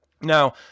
Now